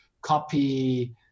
copy